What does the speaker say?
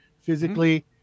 physically